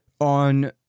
on